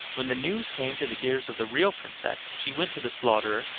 when the news came to the ears of the real princess she went to the slaughterer,